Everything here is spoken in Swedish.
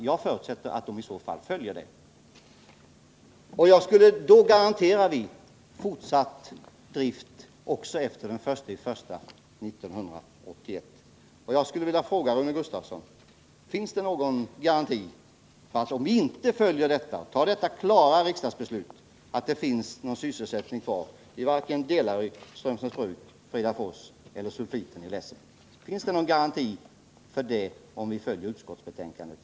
Jag förutsätter att företaget följer beslutet. Och då garanterar vi fortsatt drift också efter den 1 januari 1981. Jag skulle vilja fråga Rune Gustavsson: Om vi inte fattar detta klara riksdagsbeslut, finns det då någon garanti för att det blir någon sysselsättning kvar i Delary, Strömsnäs och Fridafors och vid sulfitfabriken i Lessebo? Finns det någon garanti för detta om vi följer utskottsmajoriteten?